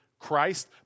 Christ